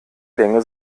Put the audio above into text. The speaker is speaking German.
länge